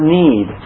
need